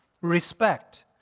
Respect